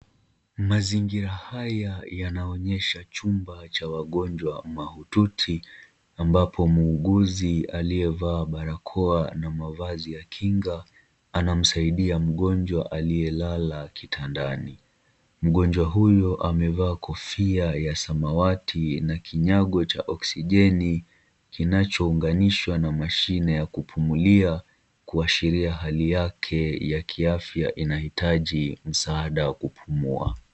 Mazingira haya yanaonyesha chumba cha wagonjwa mahututi, ambapo muuguzi aliyevaa barakoa na mavazi ya kinga, anamsaidia mgonjwa aliyelala kitandani. Mgonjwa huyo amevaa kofia ya samawati na kinyago cha oksijeni , kinachounganishwa na mashine ya kupumulia, kuashiria hali yake ya kiafya inahitaji msaada wa kupumua.